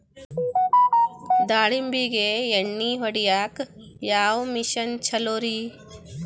ದಾಳಿಂಬಿಗೆ ಎಣ್ಣಿ ಹೊಡಿಯಾಕ ಯಾವ ಮಿಷನ್ ಛಲೋರಿ?